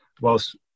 whilst